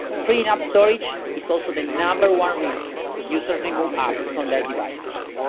freeing up storage is also the number one reason users remove apps from their devices.